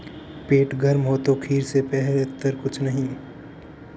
पेट गर्म हो तो खीरा से बेहतर कुछ नहीं